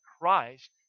Christ